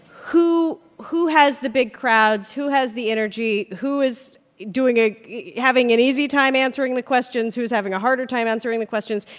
who who has the big crowds? who has the energy? who is doing a having an easy time answering the questions? who's having a harder time answering the questions?